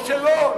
או שלא,